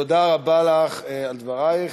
תודה רבה לך על דברייך.